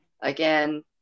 again